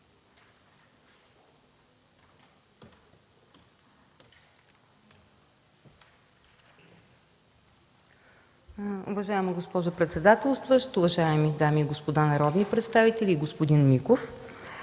уважаема госпожо председател. Уважаеми дами и господа народни представители! Господин Стойнев,